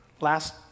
last